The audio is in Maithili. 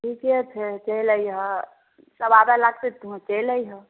ठीके छै चलि अइहऽ सभ आबय लगतै तुहो चलि अइहऽ